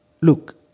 look